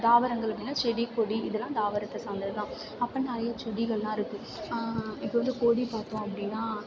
தாவரங்கள் அப்படினா செடி கொடி இதெல்லாம் தாவரத்தை சார்ந்ததுதான் அப்போ நிறையா செடிகளெலாம் இருக்குது இப்போ வந்து கொடி பார்த்தோம் அப்படின்னா